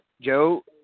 Joe